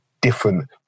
different